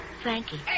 Frankie